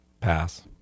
Pass